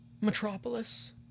Metropolis